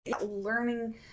Learning